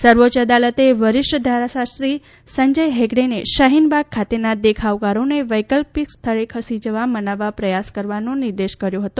સર્વોચ્ય અદાલતે વરિષ્ઠ ધારાશાસ્ત્રી સંજય હેગડેને શાહીનબાગ ખાતેના દેખાવકારોને વૈકલ્પિક સ્થળે ખસી જવા મનાવવા પ્રયાસ કરવાનો નિર્દેશ કર્યો હતો